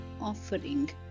offering